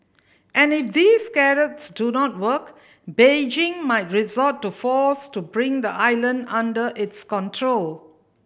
and if these carrots do not work Beijing might resort to force to bring the island under its control